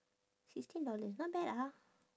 sixteen dollars not bad ah